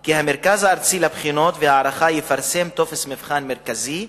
כי המרכז הארצי לבחינות ולהערכה יפרסם טופס מבחן מרכזי,